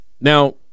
Now